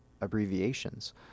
abbreviations